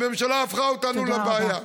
הממשלה הפכה אותנו לבעיה.